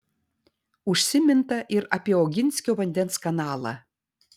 užsiminta ir apie oginskio vandens kanalą